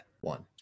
one